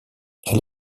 elle